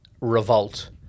revolt